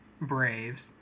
Braves